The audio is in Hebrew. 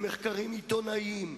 במחקרים עיתונאיים,